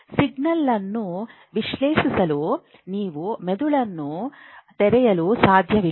signal ಅನ್ನು ವಿಶ್ಲೇಷಿಸಲು ನೀವು ಮೆದುಳನ್ನು ತೆರೆಯಲು ಸಾಧ್ಯವಿಲ್ಲ